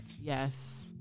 Yes